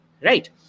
right